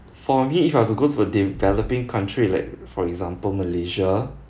for me if I were to go the developing country like for example malaysia